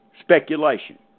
speculation